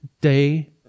day